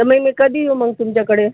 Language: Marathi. तर मी मी कधी येऊ मग तुमच्याकडे